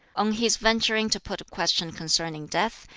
on his venturing to put a question concerning death,